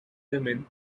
women